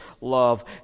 love